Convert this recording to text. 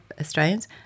Australians